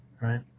right